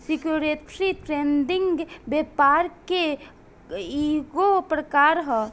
security trading व्यापार के ईगो प्रकार ह